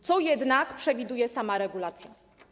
Co jednak przewiduje sama regulacja?